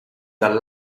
dal